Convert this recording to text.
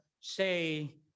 say